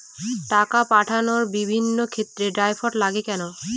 টাকা পাঠানোর বিভিন্ন ক্ষেত্রে ড্রাফট লাগে কেন?